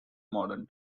modern